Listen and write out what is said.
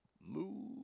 Move